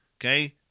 Okay